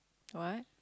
what